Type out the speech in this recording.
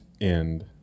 end